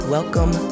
Welcome